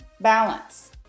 balance